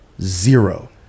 zero